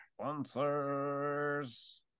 Sponsors